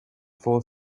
four